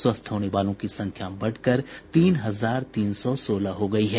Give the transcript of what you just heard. स्वस्थ होने वालों की संख्या बढ़कर तीन हजार तीन सौ सोलह हो गयी है